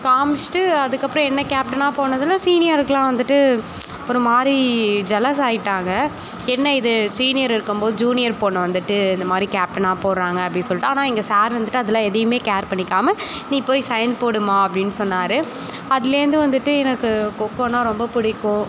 காமிச்சுட்டு அதுக்கப்புறம் என்னை கேப்டனாக போனதில் சீனியருக்கெலாம் வந்துட்டு ஒரு மாதிரி ஜெலஸ் ஆகிட்டாங்க என்ன இது சீனியர் இருக்கும் போது ஜுனியர் பொண்ணு வந்துட்டு இந்த மாதிரி கேப்டனாக போடுறாங்க அப்படினு சொல்லிகிட்டு ஆனால் எங்கள் சார் வந்துட்டு அதலாம் எதையுமே கேர் பண்ணிக்காமல் நீ போய் சைன் போடும்மா அப்படினு சொன்னார் அதுலேருந்து வந்துட்டு எனக்கு கொக்கோனால் ரொம்பப் பிடிக்கும்